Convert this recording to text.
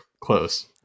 close